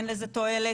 אין לזה תועלת,